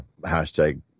hashtag